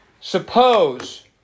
Suppose